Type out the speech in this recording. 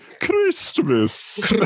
christmas